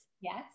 Yes